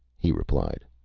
he replied.